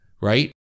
right